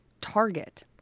Target